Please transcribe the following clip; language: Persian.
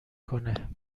کنه